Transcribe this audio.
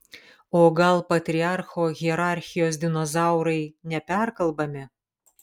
o gal patriarcho hierarchijos dinozaurai neperkalbami